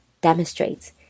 demonstrates